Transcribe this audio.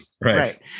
right